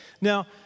Now